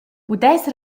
pudess